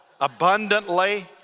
abundantly